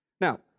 Now